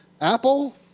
Apple